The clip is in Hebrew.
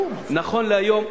נכון להיום,